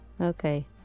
okay